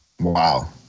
Wow